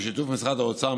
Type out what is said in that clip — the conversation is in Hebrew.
בשיתוף עם משרד האוצר,